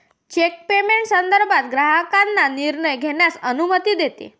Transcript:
check payment संदर्भात ग्राहकांना निर्णय घेण्यास अनुमती देते